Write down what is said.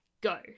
Go